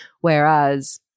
whereas